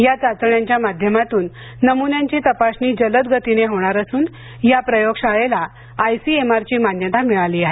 या चाचण्यांच्या माध्यमातून नमुन्यांची तपासणी जलद गतीने होणार असून या प्रयोगशाळेला आयसीएमआरची मान्यता मिळाली आहे